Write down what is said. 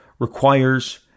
requires